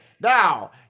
Now